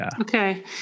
Okay